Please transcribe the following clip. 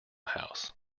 house